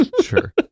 Sure